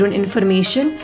information